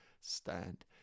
stand